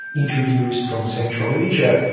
introduced from central asia.